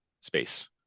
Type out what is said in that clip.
space